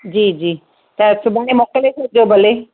जी जी त सुभाणे मोकिले छॾिजो भले